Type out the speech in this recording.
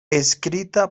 escrita